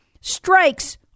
strikes